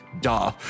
Duh